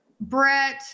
Brett